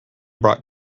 bought